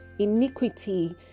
iniquity